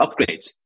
upgrades